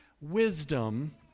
wisdom